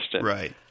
Right